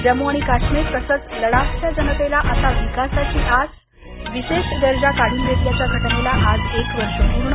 जम्मू आणि काश्मीर तसंच लडाखच्या जनतेला आता विकासाची आस विशेष दर्जा काढून घेतल्याच्या घटनेला एक वर्ष पूर्ण